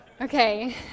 Okay